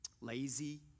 lazy